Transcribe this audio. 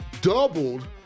doubled